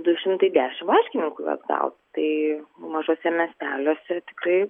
du šimtai dešim laiškininkų juos gaus tai mažuose miesteliuose tikrai